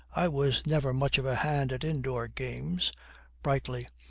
i was never much of a hand at indoor games brightly,